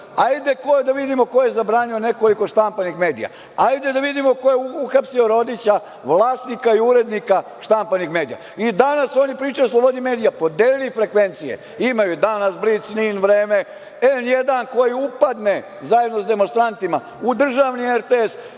vidimo ko je zabranio nekoliko štampanih medija? Ajde da vidimo ko je uhapsio Rodića, vlasnika i urednika štampanih medija? I danas oni pričaju o slobodi medija, podelili frekvencije. Imaju „Danas“, „Blic“, NIN, „Vreme“, N1, koji upadne zajedno sa demonstrantima u državni RTS